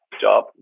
job